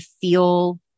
feel